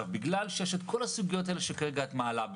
בגלל שיש את כל הסוגיות הללו שכרגע את מעלה,